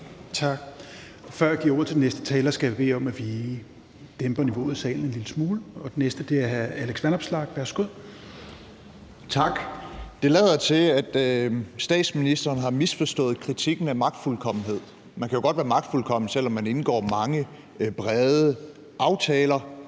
Før jeg giver ordet til den næste taler, skal jeg bede om, at vi dæmper lydniveauet i salen en lille smule. Den næste er hr. Alex Vanopslagh. Værsgo. Kl. 22:49 Alex Vanopslagh (LA): Tak. Det lader til, at statsministeren har misforstået kritikken af magtfuldkommenhed. Man kan jo godt være magtfuldkommen, selv om man indgår mange brede aftaler.